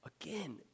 Again